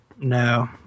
No